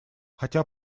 хотя